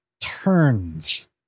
turns